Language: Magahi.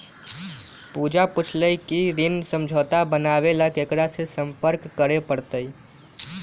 पूजा पूछल कई की ऋण समझौता बनावे ला केकरा से संपर्क करे पर तय?